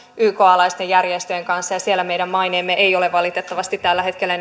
ykn alaisten järjestöjen kanssa työtä ja siellä meidän maineemme ei ole valitettavasti tällä hetkellä